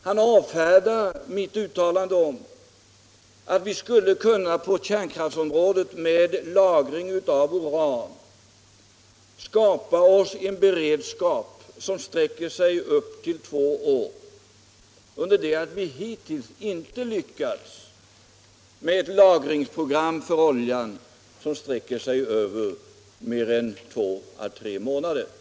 Han avfärdar mitt uttalande om att vi på kärnkraftsområdet med lagring av uran skulle kunna skapa oss en beredskap som täcker vårt behov under en tid av upp till två år, under det att vi hittills inte lyckats med ett lagringsprogram för olja som sträcker sig över mer än två å tre månader.